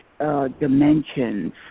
dimensions